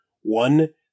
One